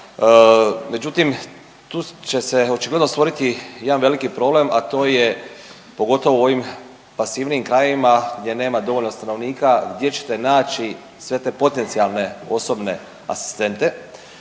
međutim tu će se očigledno stvoriti jedan veliki problem, a to je, pogotovo u ovim pasivnijim krajevima gdje nema dovoljno stanovnika, gdje ćete naći sve te potencijalne osobne asistente